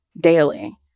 daily